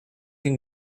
can